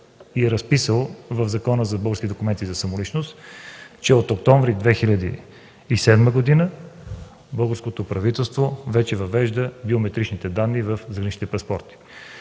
и разписал в Закона за българските документи за самоличност, че от октомври 2007 г. българското правителство вече въвежда биометричните данни в задграничните паспорти.